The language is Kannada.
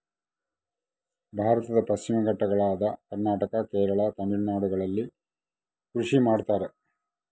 ಭಾರತದ ಪಶ್ಚಿಮ ಘಟ್ಟಗಳಾದ ಕರ್ನಾಟಕ, ಕೇರಳ, ತಮಿಳುನಾಡುಗಳಲ್ಲಿ ಕೃಷಿ ಮಾಡ್ತಾರ?